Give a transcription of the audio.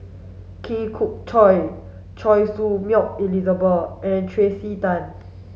Khoon Choy Choy Su Moi Elizabeth and Tracey Tan